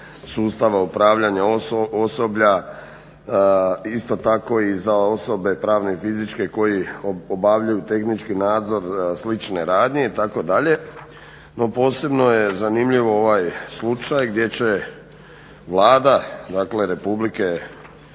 sustava upravljanja osoblja, isto tako i za osobe pravne i fizičke koje obavljaju tehnički nadzor slične radnje itd. No posebno je zanimljiv ovaj slučaj gdje će Vlada Republike